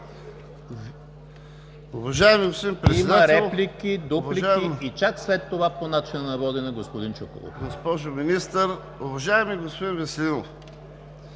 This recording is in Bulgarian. уважаеми господин Веселинов.